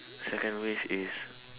second wish is